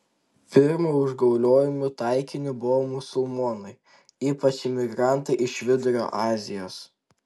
pirma užgauliojimų taikiniu buvo musulmonai ypač imigrantai iš vidurio azijos